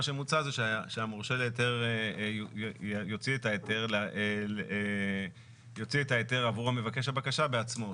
מה שמוצע זה שהמורשה להיתר יוציא את ההיתר עבור מבקש הבקשה בעצמו.